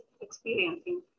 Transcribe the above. experiencing